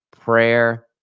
prayer